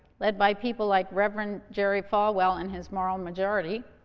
led by people like reverend jerry falwell and his moral majority,